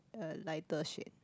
a lighter shade